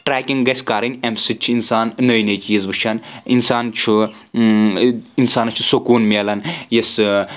trekking گژھِ کرٕنۍ امہِ سۭتۍ چھُ اِنسان نٔے نٔے چیٖز وٕچھان انسان چھُ اِنسانس چھُ سکوٗن مِلان یُس